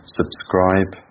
subscribe